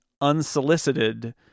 unsolicited